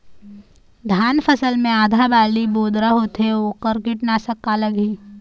धान फसल मे आधा बाली बोदरा होथे वोकर कीटनाशक का लागिही?